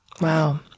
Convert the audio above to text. Wow